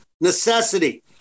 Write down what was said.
Necessity